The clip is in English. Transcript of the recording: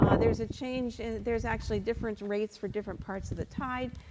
um there's a change and there's actually different rates for different parts of the tide.